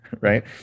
right